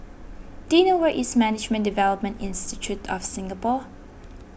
do you know where is Management Development Institute of Singapore